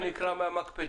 זה מה שנקרא מהמקפצה.